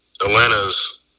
Atlanta's